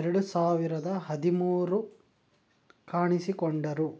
ಎರಡು ಸಾವಿರದ ಹದಿಮೂರು ಕಾಣಿಸಿಕೊಂಡರು